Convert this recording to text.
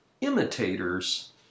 imitators